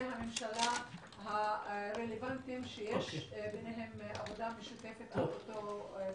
הממשלה הרלוונטיים שיש ביניהם עבודה משותפת עד לאותה תוכנית.